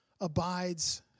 abides